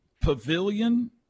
pavilion